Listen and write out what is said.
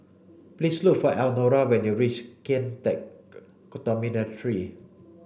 please look for Elnora when you reach Kian Teck Dormitory